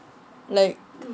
like